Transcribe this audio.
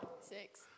Six